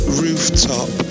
rooftop